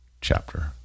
chapter